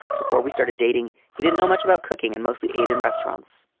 before we started dating, he didn't know much about cooking and mostly eat in restaurants.